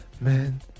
man